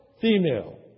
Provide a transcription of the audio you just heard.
female